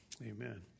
Amen